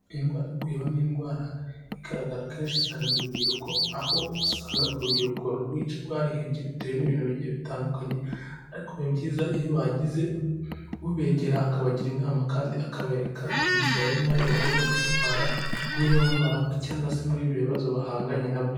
Indwara yo kwiba ni indwara igaragara kenshi cyane mu rubyiruko, aho usanga urubyiruko rwinshi rwarihebye bitewe n'ibintu bigiye bitandukanye, ariko biba byiza iyo bagize ubegera akabagira inama kandi akabereka inzira ya nyayo bagomba kwitwara nk'iyo ndwara cyangwa se muri ibyo bibazo bahanganye na byo.